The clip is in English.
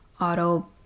auto